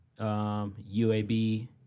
UAB